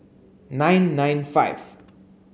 nine nine five